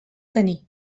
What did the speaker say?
tenir